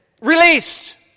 released